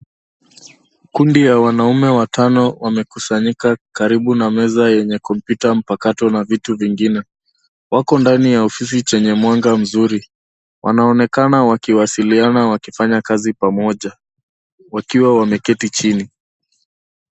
Kundi ya wanaume watano wamekusanyika karibu na meza yenye kompyuta mpakato na vitu vingine. Wako ndani ya ofisi chenye mwanga mzuri. Wanaonekana wakiwasiliana wakifanya kazi pamoja wakiwa wameketi chini.